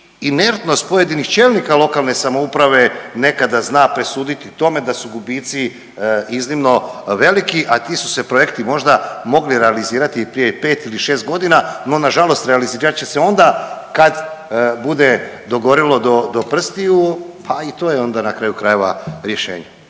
inertnost pojedinih čelnika lokalne samouprave nekada zna presuditi tome da su gubici iznimno veliki, a ti su se projekti možda mogli realizirati prije 5 ili 6 godina, no nažalost realizirat će se onda kad bude dogorilo do prstiju, pa i to je onda, na kraju krajeva, rješenje.